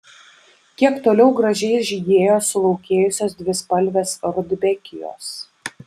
kiek toliau gražiai žydėjo sulaukėjusios dvispalvės rudbekijos